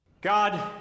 God